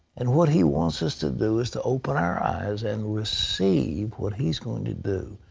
and what he wants us to do is to open our eyes and receive what he is going to do.